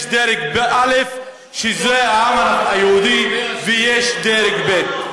יש דרג א', שזה העם היהודי, ויש דרג ב'.